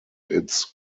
its